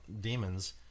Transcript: demons